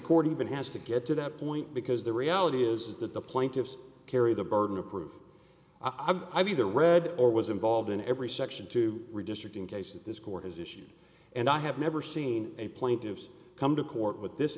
court even has to get to that point because the reality is that the plaintiffs carry the burden of proof i've either read or was involved in every section two redistricting cases this court has issued and i have never seen a plaintiffs come to court with this